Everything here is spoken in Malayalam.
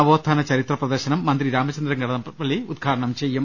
നവോത്ഥാന ചരിത്ര പ്രദർശനം മന്ത്രി രാമച ന്ദ്രൻ കടന്നപള്ളി ഉദ്ഘാടനം ചെയ്യും